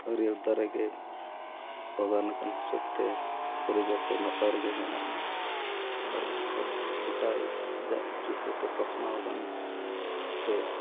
ᱦᱟᱹᱨᱭᱟᱹᱲ ᱫᱟᱨᱮ ᱜᱮ ᱵᱟᱜᱟᱱ ᱟᱠᱟᱱ ᱦᱤᱥᱟᱹᱵ ᱛᱮ ᱯᱚᱨᱤᱵᱮᱥ ᱦᱚᱸ ᱱᱟᱯᱟᱭ ᱨᱮᱜᱮ ᱢᱮᱱᱟᱜᱼᱟ ᱟᱨ ᱚᱱᱠᱟ ᱜᱚᱴᱟᱭ ᱟᱡᱟᱜ ᱨᱤᱠᱟᱹ ᱛᱮ ᱯᱟᱥᱱᱟᱣ ᱟᱠᱟᱱ ᱦᱤᱥᱟᱹᱵ ᱛᱮ